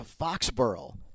Foxborough